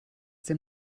dem